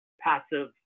passive